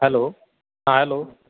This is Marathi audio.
हॅलो हां हॅलो